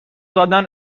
دادن